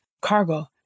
Cargo